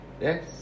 Yes